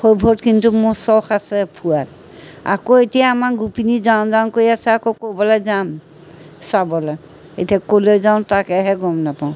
সেইবোৰত কিন্তু মোৰ চখ আছে ফুৰাত আকৌ এতিয়া আমাৰ গোপিনী যাওঁ যাওঁ কৰি আছে আকৌ ক'ৰবালৈ যাম চাবলৈ এতিয়া ক'লৈ যাওঁ তাকেহে গম নাপাওঁ